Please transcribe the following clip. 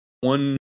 one